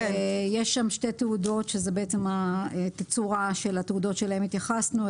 שתי תעודות שזה בעצם התצורה של התעודות אליהן התייחסנו,